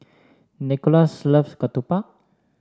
Nicolas loves Ketupat